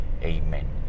Amen